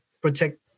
protect